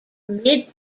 mid